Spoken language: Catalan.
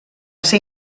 ser